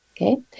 okay